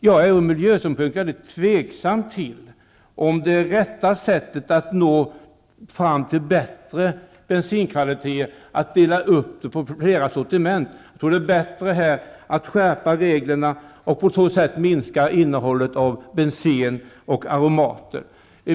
Jag är ur miljösynpunkt väldigt tveksam till om rätta sättet att nå fram till bättre bensinkvalitet är att dela upp sortimentet. Jag tror att det är bättre att skärpa reglerna och på så sätt minska innehållet av bensen och aromater.